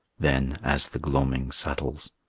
then, as the gloaming settles,